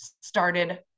started